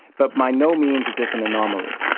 but by no means is this an anomaly.